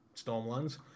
Stormlands